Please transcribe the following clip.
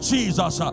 Jesus